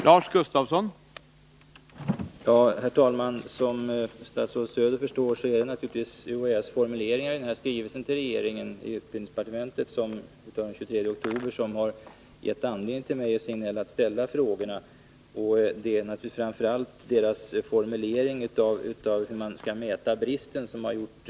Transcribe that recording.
Herr talman! Som statsrådet Söder förstår är det UHÄ:s formuleringar i skrivelsen till regeringen den 23 oktober som har givit Sven-Gösta Signell och mig anledning att ställa frågorna. För min del har jag oroats framför allt av UHÄ:s formulering av hur man skall mäta bristen på tandläkare.